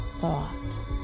thought